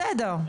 בסדר.